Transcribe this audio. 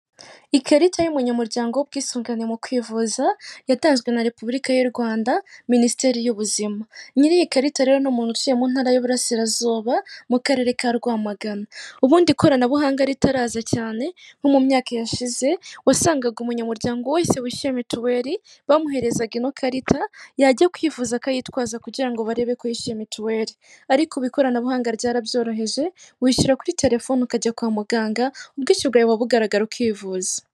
Ikarita y'umunyamuryango w'ubwisungane mu kwivuza yatanzwe na Repubulika y'u Rwanda, minisiteri y'ubuzima nyiri iyi karita rero n'umuntu utuye mu ntara y'iburasirazuba, mu karere ka Rwamagana, ubundi ikoranabuhanga ritaraza cyane nko mu myaka yashize wasangaga, umunyamuryango wese wishyuye mituweli, bamuherezaga ino karita yajya kwivuza akayitwaza kugira ngo barebe ko yishyuye mituweli ariko ubu ikoranabuhanga ryarabyoroheje wishyura kuri telefone ukajya kwa muganga ubwishyu bwawe buba bugaragara ukivuza.